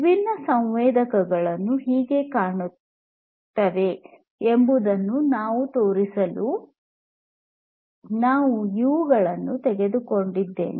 ವಿಭಿನ್ನ ಸಂವೇದಕಗಳು ಹೇಗೆ ಕಾಣುತ್ತವೆ ಎಂಬುದನ್ನು ನಿಮಗೆ ತೋರಿಸಲು ನಾನು ಇವುಗಳನ್ನು ತೆಗೆದುಕೊಂಡಿದ್ದೇನೆ